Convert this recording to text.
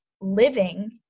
living